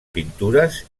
pintures